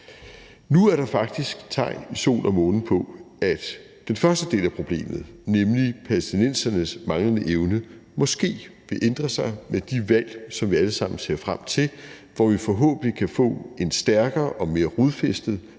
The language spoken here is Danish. Nu er der faktisk tegn i sol og måne på, at den første del af problemet, nemlig palæstinensernes manglende evne, måske vil ændre sig med de valg, som vi alle sammen ser frem til, hvor vi forhåbentlig kan få en stærkere og mere rodfæstet